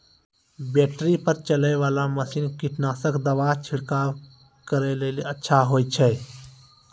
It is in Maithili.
बैटरी पर चलै वाला मसीन कीटनासक दवा छिड़काव करै लेली अच्छा होय छै?